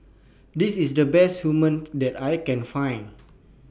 This IS The Best Hummus that I Can Find